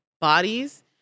bodies